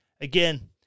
again